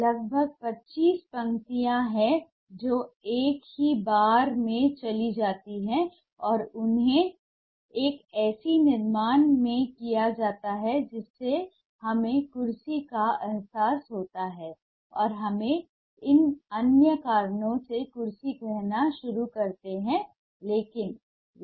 लगभग २५ पंक्तियाँ हैं जो एक ही बार में चली जाती हैं और उन्हें एक ऐसे निर्माण में किया जाता है जिससे हमें कुर्सी का अहसास होता है और हम इसे अन्य कारणों से कुर्सी कहना शुरू करते हैं लेकिन यह